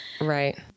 Right